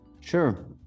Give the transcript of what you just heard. Sure